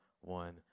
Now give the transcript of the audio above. one